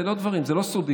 אלה לא דברים סודיים.